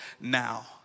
now